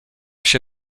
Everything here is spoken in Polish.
się